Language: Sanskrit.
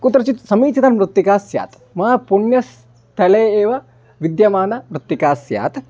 कुत्रचित् समीचीनं मृत्तिका स्यात् मा पुण्यस्थले एव विद्यमाना मृत्तिका स्यात्